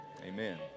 amen